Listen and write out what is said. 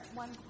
One